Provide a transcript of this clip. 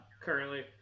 currently